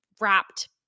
wrapped